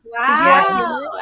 Wow